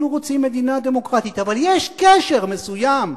אנחנו רוצים מדינה דמוקרטית, אבל יש קשר מסוים,